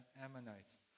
Ammonites